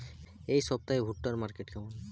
এই সপ্তাহে ভুট্টার মার্কেট কেমন?